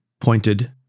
pointed